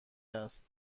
است